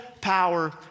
power